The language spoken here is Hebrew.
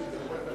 אחריות מוסרית.